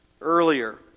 earlier